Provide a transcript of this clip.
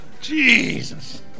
Jesus